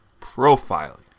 profiling